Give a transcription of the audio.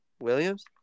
Williams